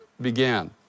began